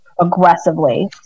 aggressively